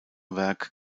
werk